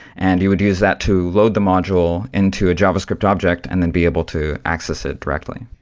and you would use that to load the module into a javascript object and then be able to access it directly.